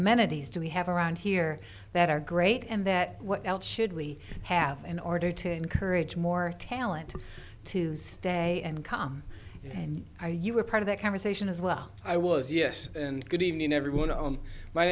amenities do we have around here that are great and that what else should we have in order to encourage more talent to tuesday and come and you were part of that conversation as well i was yes and good evening everyone on my